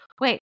wait